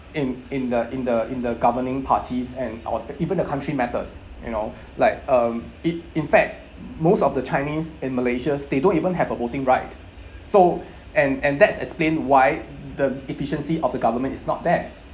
in in the in the in the governing parties and on even the country matters you know like um it in fact most of the chinese in malaysia they don't even have a voting right so and and that's explain why the efficiency of the government is not there